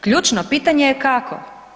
Ključno pitanje je kako?